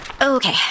Okay